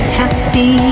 happy